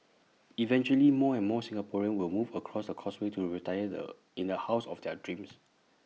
eventually more and more Singaporeans will move across the causeway to retire the in the house of their dreams